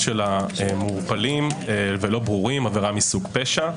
שלה מעורפלים ולא ברורים עבירה מסוג פשע,